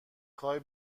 خوای